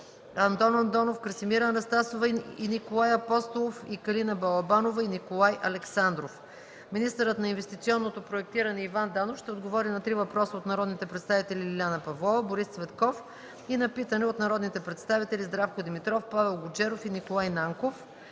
(два въпроса), Красимира Анастасова и Николай Апостолов, Калина Балабанова и Николай Александров. 6. Министърът на инвестиционното проектиране Иван Данов ще отговори на три въпроса от народните представители Лиляна Павлова (два въпроса), Борис Цветков и на питане от народните представители Здравко Димитров, Павел Гуджеров и Николай Нанков.